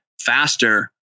faster